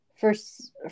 first